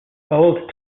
bold